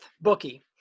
bookie